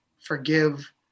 forgive